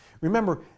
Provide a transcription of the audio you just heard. Remember